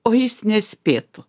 o jis nespėtų